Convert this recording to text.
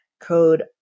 code